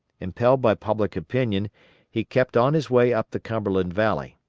impelled by public opinion he kept on his way up the cumberland valley.